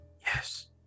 Yes